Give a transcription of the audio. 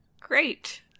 Great